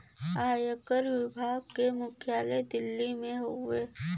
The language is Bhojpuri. आयकर विभाग के मुख्यालय दिल्ली में हउवे